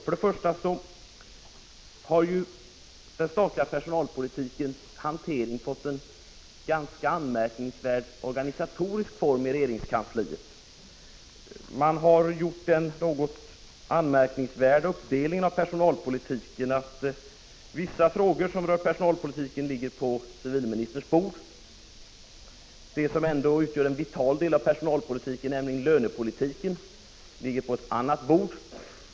Till att börja med har den statliga personalpolitikens hantering fått en ganska märkvärdig organisatorisk utformning i regeringskansliet. Man har gjort den något anmärkningsvärda uppdelningen av personalpolitiken att vissa frågor som rör personalpolitik ligger på civilministerns bord. En vital del av personalpolitiken, nämligen lönepolitiken, ligger på ett annat bord.